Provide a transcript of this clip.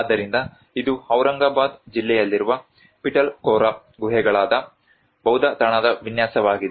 ಆದ್ದರಿಂದ ಇದು ಔರಂಗಾಬಾದ್ ಜಿಲ್ಲೆಯಲ್ಲಿರುವ ಪಿಟಲ್ಖೋರಾ ಗುಹೆಗಳಾದ ಬೌದ್ಧ ತಾಣದ ವಿನ್ಯಾಸವಾಗಿದೆ